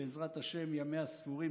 שבעזרת השם ימיה ספורים,